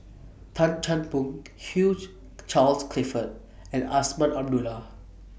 Tan Chan Boon Hugh Charles Clifford and Azman Abdullah